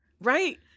Right